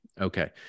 Okay